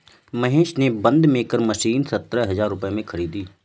महेश ने bund maker machine सतरह हजार रुपए में खरीदी